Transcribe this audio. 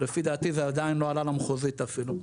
לפי דעתי זה עדיין לא עלה למחוזית אפילו.